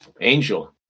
angel